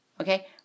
okay